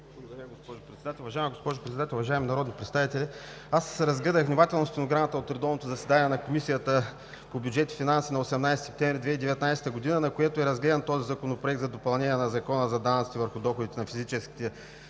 Уважаема госпожо Председател, уважаеми народни представители! Аз разгледах внимателно стенограмата от редовното заседание на Комисията по бюджет и финанси на 18 септември 2019 г., на което е разгледан този законопроект за допълнение на Закона за данъците върху доходите на физически